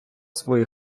свої